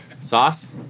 Sauce